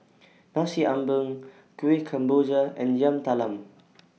Nasi Ambeng Kueh Kemboja and Yam Talam